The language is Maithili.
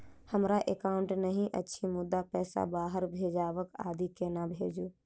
हमरा एकाउन्ट नहि अछि मुदा पैसा बाहर भेजबाक आदि केना भेजू?